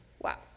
Wow